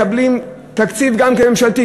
מקבלים תקציב גם ממשלתי.